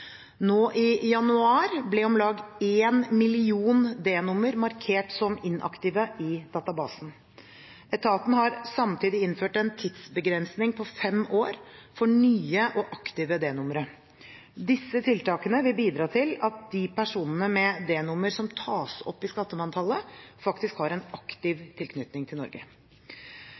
Nå i januar ble om lag 1 million D-nummer markert som inaktive i databasen. Etaten har samtidig innført en tidsbegrensning på fem år for nye og aktive D-numre. Disse tiltakene vil bidra til at de personene med D-nummer som tas opp i skattemanntallet, faktisk har en aktiv tilknytning til Norge.